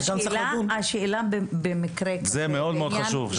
שרן, זה מאוד מאוד חשוב.